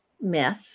myth